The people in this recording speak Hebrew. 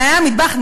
נאה המטבח?